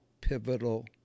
pivotal